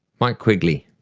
mike quigley.